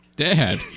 Dad